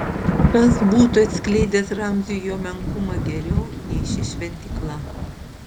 kas būtų atskleidęs ramziui jo menkumą geriau nei ši šventykla